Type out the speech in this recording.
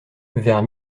vers